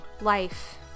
life